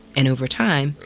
and over time,